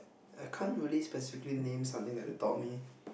I can't really specifically name something that they taught me